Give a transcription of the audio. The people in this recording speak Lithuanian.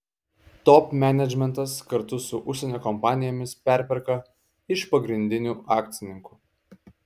top menedžmentas kartu su užsienio kompanijomis perperka iš pagrindinių akcininkų